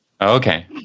Okay